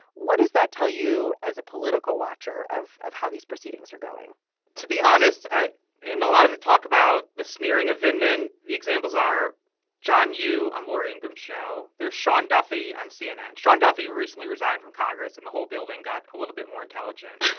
what does that tell you as a political watcher of of how these proceedings are going to be honest ah in a lot of the talk about the smearing of vin man the examples are john you on laura ingram's show there sean duffy on cnn and sean duffy recently resigned from congress and the whole building got a little bit more intelligent.